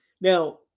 now